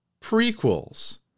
Prequels